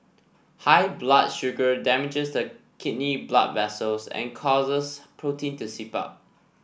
high blood sugar damages the kidney blood vessels and causes protein to seep out